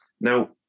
Now